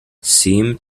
seem